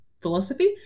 philosophy